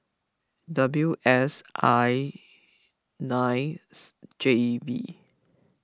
W S I ninth J V